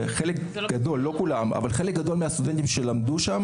וחלק גדול מהסטודנטים שלמדו שם,